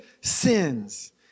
sins